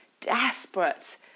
desperate